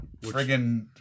Friggin